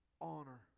honor